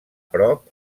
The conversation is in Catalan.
prop